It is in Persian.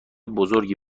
بزرگی